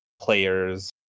players